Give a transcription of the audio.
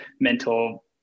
mental